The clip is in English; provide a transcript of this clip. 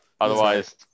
Otherwise